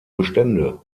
bestände